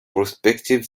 prospective